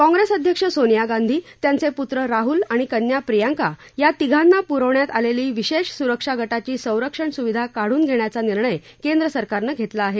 काँप्रेस अध्यक्ष सोनिया गांधी त्यांचे पुत्र राहुल आणि कन्या प्रियांका या तिघांना पुरवण्यात आलेली विशेष सुरक्षा गटाची संरक्षण सुविधा काढून घेण्याचा निर्णय केंद्र सरकारनं घेतला आहे